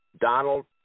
Donald